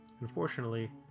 Unfortunately